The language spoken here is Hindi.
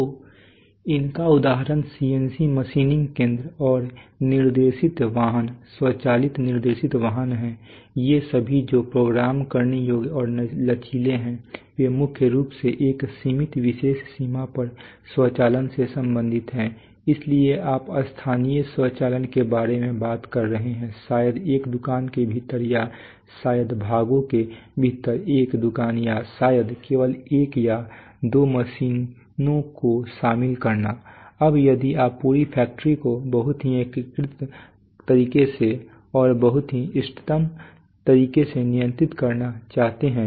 तो इनका उदाहरण CNC मशीनिंग केंद्र और निर्देशित वाहन स्वचालित निर्देशित वाहन हैं ये सभी जो प्रोग्राम करने योग्य और लचीले हैं वे मुख्य रूप से एक सीमित विशेष सीमा पर स्वचालन से संबंधित हैं इसलिए आप स्थानीय स्वचालन के बारे में बात कर रहे हैं शायद एक दुकान के भीतर या शायद भागों के भीतर एक दुकान या शायद केवल एक या दो मशीनों को शामिल करना अब यदि आप पूरी फैक्ट्री को बहुत ही एकीकृत तरीके से और बहुत ही इष्टतम तरीके से नियंत्रित करना चाहते हैं